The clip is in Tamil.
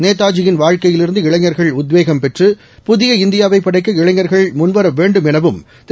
நேதாஜியின் வாழ்க்கையிலிருந்து இளைஞர்கள் உத்வேகம் பெற்று புதிய இந்தியாவைப் படைக்க இளைஞர்கள் முன்வரவேண்டும் எனவும் திரு